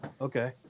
okay